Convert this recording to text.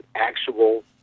actual